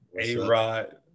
a-rod